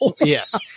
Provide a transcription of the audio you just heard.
Yes